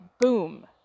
boom